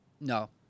no